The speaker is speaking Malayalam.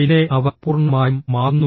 പിന്നെ അവർ പൂർണ്ണമായും മാറുന്നു